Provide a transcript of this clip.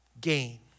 gain